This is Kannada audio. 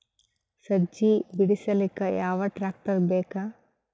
ಸಜ್ಜಿ ಬಿಡಿಸಿಲಕ ಯಾವ ಟ್ರಾಕ್ಟರ್ ಬೇಕ?